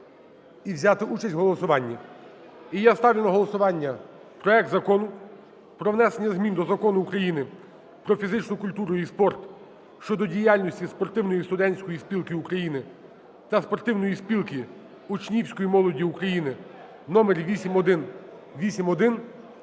і взяти участь в голосуванні. І я ставлю на голосування проект Закону про внесення змін до Закону України "Про фізичну культуру і спорт" (щодо діяльності Спортивної студентської спілки України та Спортивної спілки учнівської молоді України) (№8181)